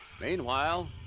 Meanwhile